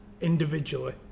individually